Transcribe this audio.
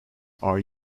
are